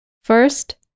First